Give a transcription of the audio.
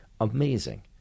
amazing